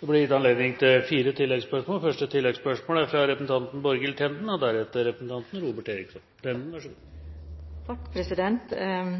Det blir gitt anledning til fire oppfølgingsspørsmål – først Borghild Tenden.